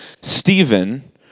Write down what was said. Stephen